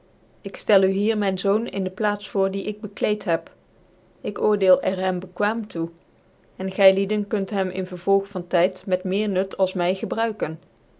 ik ftel u hier myn zoon in dc plans voor die ik bekleed heb ik oordeel cr hem bequaatn toe cn gylieden kunt hem in vervolg van tyd met meer nut als my gebruiken